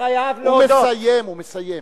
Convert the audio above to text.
הוא מסיים, הוא מסיים.